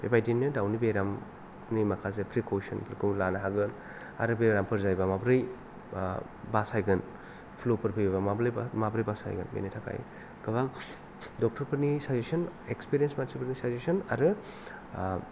बेबायदिनो दाउनि बेराम नि माखासे प्रिक'सन फोरखौ लानो हागोन आरो बेरामफोर जायोब्ला माब्रै बासायगोन प्लुफोर फैयोब्ला माब्लैबा माब्रै बासायगोन बेनि थाखाय गोबां डक्ट'रफोरनि साजीसन इक्सपिरेन्स मानसिफोरनि साजीसन आरो